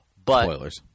Spoilers